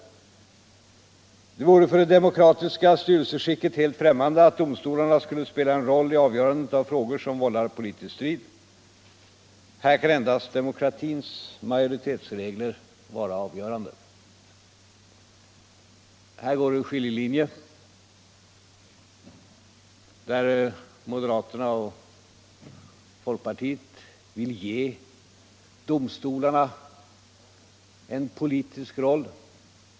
Det vore för det demokratiska styrelseskicket helt främmande att domstolarna skulle spela en roll i avgörandet av en fråga som vållar politisk strid. Här kan endast demokratins majoritetsregler vara avgörande. Här går en skiljelinje. Moderaterna och folkpartiet vill ge domstolarna en politisk roll.